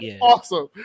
awesome